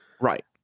Right